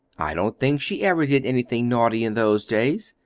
i don't think she ever did anything naughty in those days.